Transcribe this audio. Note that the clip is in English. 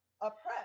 oppressed